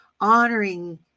honoring